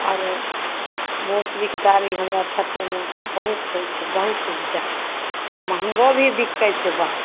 आरो मौसरीके दालि ई हमरा क्षेत्रमे बहुत होइ छै बहुत उपजा महँगो भी बिकै छै बहुत